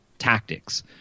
tactics